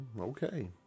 Okay